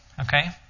Okay